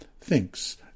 thinks